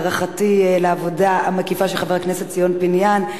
הערכתי על העבודה המקיפה של חבר הכנסת ציון פיניאן.